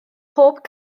pob